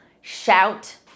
shout